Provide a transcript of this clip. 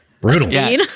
brutal